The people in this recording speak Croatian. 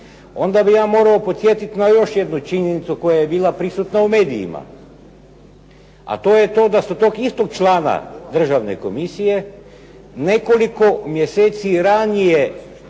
onda bi ja morao podsjetiti na još jednu činjenicu koja je bila prisutna u medijima, a to je to da su tog istog člana Državne komisije nekoliko mjeseci ranije